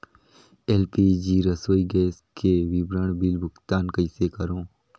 LPG रसोई gas के विवरण बिल भुगतान कइसे करों?